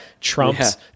trumps